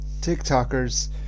TikTokers